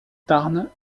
tarn